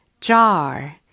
Jar